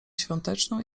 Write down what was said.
świąteczną